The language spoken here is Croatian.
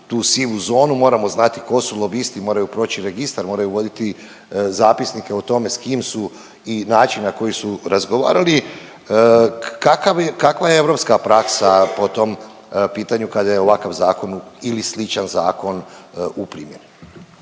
tu sivu zonu moramo znati tko su lobisti, moraju proći registar, moraju voditi zapisnike o tome s kim su i način na koji su razgovarali. Kakva je europska praksa po tom pitanju kada je ovakav zakon ili sličan zakon u primjeni?